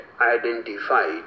identified